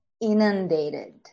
inundated